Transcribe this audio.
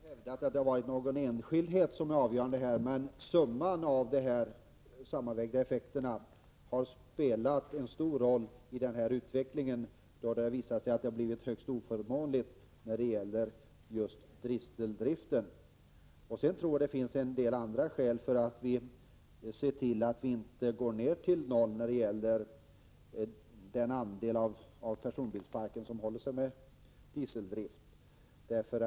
Fru talman! Jag har inte hävdat att det är någon enskildhet som har varit avgörande. Men de sammanvägda effekterna har spelat en stor roll i den här utvecklingen då det har visat sig att just dieseldriften har blivit högst oförmånlig. Jag tror att det finns en del andra skäl för att se till att vi inte går ned till noll när det gäller andelen personbilar som är dieseldrivna.